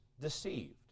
deceived